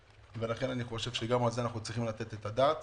לכן אני חושב שגם על זה אנחנו צריכים לתת את הדעת.